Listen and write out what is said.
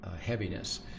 heaviness